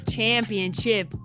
Championship